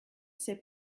c’est